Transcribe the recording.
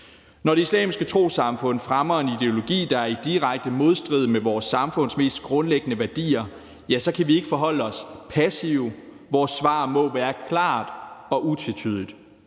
Når Det Islamiske Trossamfund fremmer en ideologi, der er i direkte modstrid med vores samfunds mest grundlæggende værdier, kan vi ikke forholde os passivt. Vores svar må være klart og utvetydigt,